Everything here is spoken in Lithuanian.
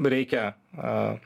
reikia a